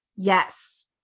Yes